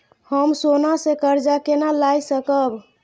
हम सोना से कर्जा केना लाय सकब?